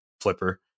flipper